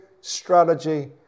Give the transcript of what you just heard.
strategy